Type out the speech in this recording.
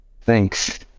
Thanks